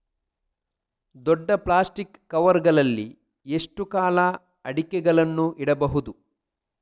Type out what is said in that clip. ದೊಡ್ಡ plastic cover ಗಳಲ್ಲಿ ಎಷ್ಟು ಕಾಲ ಅಡಿಕೆಗಳನ್ನು ಇಡಬಹುದು?